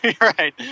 Right